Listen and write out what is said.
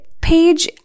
page